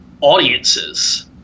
audiences